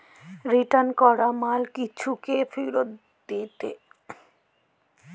return ক্যরা মালে কিছুকে ফিরত দিয়া